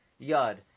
Yad